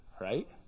right